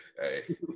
Hey